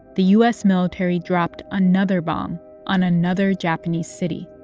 the u s. military dropped another bomb on another japanese city,